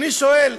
ואני שואל: